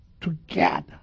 together